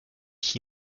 ich